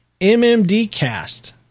mmdcast